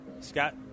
Scott